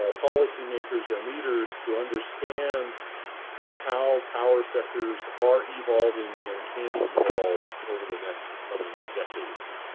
ah policy makers, and leaders to understand how power sectors are evolving and can evolve over the next coming decades.